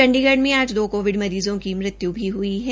चण्डीगढ में आज दो कोविड मरीजों की मृत्यू भी हई है